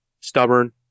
stubborn